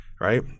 right